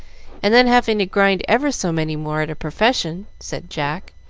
and then having to grind ever so many more at a profession, said jack,